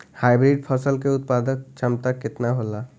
Hybrid फसल क उत्पादन क्षमता केतना होला?